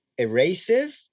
erasive